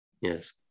yes